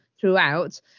throughout